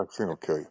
okay